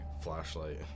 flashlight